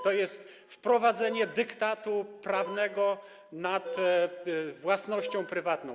To jest wprowadzenie dyktatu prawnego wobec własności prywatnej.